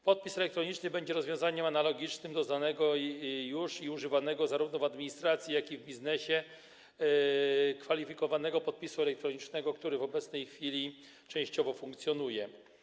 Podpis elektroniczny będzie rozwiązaniem analogicznym do znanego już i używanego, zarówno w administracji, jak i w biznesie, kwalifikowanego podpisu elektronicznego, który w obecnej chwili częściowo funkcjonuje.